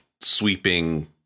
sweeping